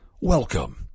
Welcome